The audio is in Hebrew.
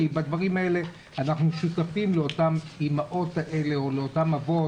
דברים האלה אנחנו שותפים לאותם אימהות או אבות,